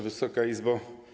Wysoka Izbo!